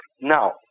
Now